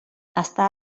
estar